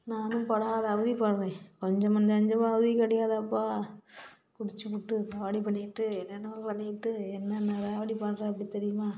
நானும் படாத அவதிப்படுறேன் கொஞ்சமா நஞ்சமா அவதி கிடையாதாப்பா குடிச்சுப்புட்டு காலி பண்ணிகிட்டு என்னென்னமோ பண்ணிக்கிட்டு என்னென்ன ராவுடி பண்றாப்படி தெரியுமா